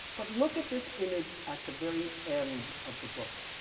but look at this image at the very end of the book.